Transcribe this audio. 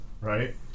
right